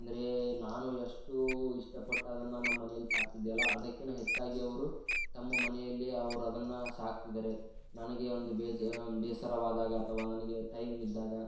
ಅಂದರೆ ನಾನು ಎಷ್ಟು ಇಷ್ಟಪಟ್ಟು ಅದನ್ನು ನಮ್ಮಮನೆಯಲ್ ಸಾಕ್ತಿದ್ದೆ ಅಲ್ಲಾ ಅದಕ್ಕಿನ್ನ ಹೆಚ್ಚಾಗಿ ಅವರು ತಮ್ಮ ಮನೆಯಲ್ಲಿ ಅವ್ರು ಅದನ್ನು ಸಾಕ್ತಿದಾರೆ ನನಗೆ ಒಂದು ಬೇಜಾರ್ ಬೇಸರವಾದಾಗ ಅಥವಾ ನನಗೆ ಟೈಮ್ ಇದ್ದಾಗ